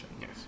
yes